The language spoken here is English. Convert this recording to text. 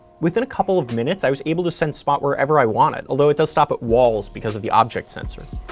within a couple of minutes, i was able to send spot wherever i wanted, although it does stop at walls because of the object sensor.